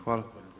Hvala.